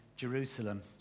Jerusalem